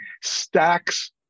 Stacks